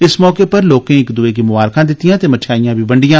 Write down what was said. इस मौके उप्पर लोकें इक दूए गी ममारखां दित्तियां ते मठाईयां बी बंडियां